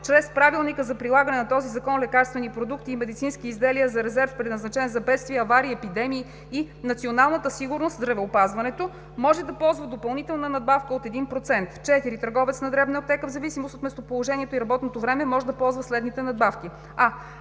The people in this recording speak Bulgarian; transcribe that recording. чрез правилника за прилагане на този закон лекарствени продукти и медицински изделия за резерв предназначен за бедствия, аварии и епидемии, и Националната сигурност в здравеопазването, може да ползва допълнителна надбавка от 1%; 4. търговец на дребно (аптека), в зависимост от местоположението и работното време, може да ползва следните надбавки: